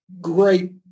great